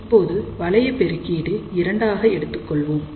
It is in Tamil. இப்போது வளைய பெருக்கீடு 2ஆக எடுத்துக் கொள்வோம்